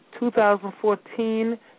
2014